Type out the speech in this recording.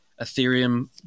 Ethereum